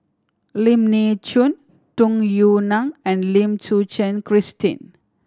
Lim Nee Soon Tung Yue Nang and Lim Suchen Christine